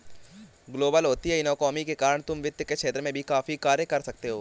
global होती economy के कारण तुम वित्त के क्षेत्र में भी काफी कार्य कर सकते हो